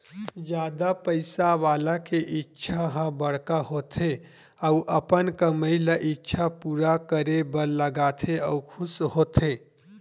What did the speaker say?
जादा पइसा वाला के इच्छा ह बड़का होथे अउ अपन कमई ल इच्छा पूरा करे बर लगाथे अउ खुस होथे